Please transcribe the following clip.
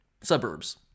suburbs